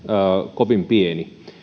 kovin pieni